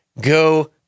Go